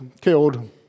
killed